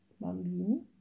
bambini